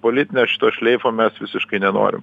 politinio šito šleifo mes visiškai nenorim